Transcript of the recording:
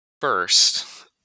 First